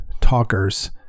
talkers